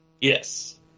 Yes